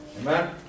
Amen